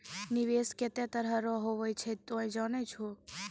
निवेश केतै तरह रो हुवै छै तोय जानै छौ